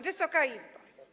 Wysoka Izbo!